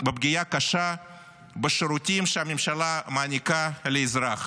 קשה בשירותים שהממשלה מעניקה לאזרח,